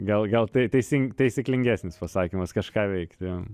gal gal tai teisin taisyklingesnis pasakymas kažką veikt jo